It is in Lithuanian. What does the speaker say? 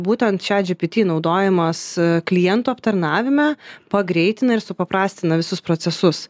būtent chatgpt naudojimas klientų aptarnavime pagreitina ir supaprastina visus procesus